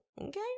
Okay